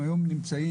אנחנו היום נמצאים,